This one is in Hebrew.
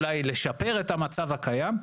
אולי לשפר את המצב הקיים.